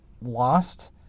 lost